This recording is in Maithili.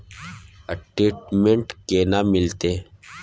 स्टेटमेंट केना मिलते?